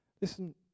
Listen